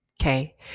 Okay